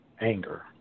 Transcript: anger